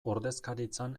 ordezkaritzan